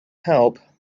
help